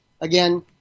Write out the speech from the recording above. again